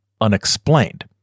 unexplained